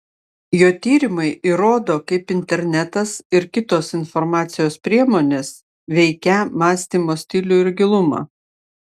jo tyrimai įrodo kaip internetas ir kitos informacijos priemonės veikią mąstymo stilių ir gilumą